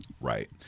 Right